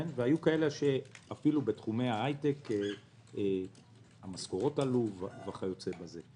והיו כאלה בתחומי ההייטק שהמשכורות עלו וכיוצא בזה.